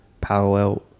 parallel